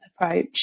approach